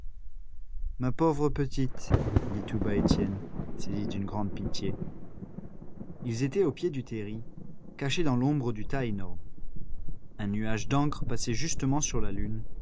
ma pauvre petite dit tout bas étienne saisi d'une grande pitié ils étaient au pied du terri cachés dans l'ombre du tas énorme un nuage d'encre passait justement sur la lune